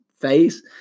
phase